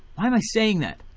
i and i saying that?